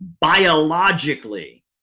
biologically